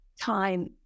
time